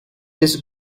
this